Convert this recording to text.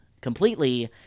completely